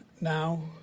now